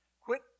Quit